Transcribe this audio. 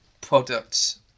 products